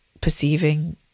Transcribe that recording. perceiving